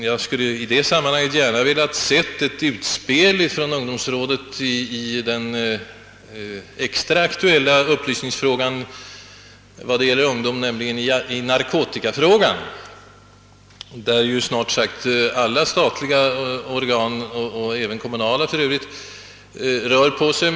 Jag skulle i detta sammanhang gärna ha velat se eit utspel från ungdomsrådet i den extra aktuella upplysningsfrågan vad det gäller ungdomen, nämligen i narkotikafrågan, i vilken snart sagt alla statliga och även kommunala organ nu börjat röra på sig.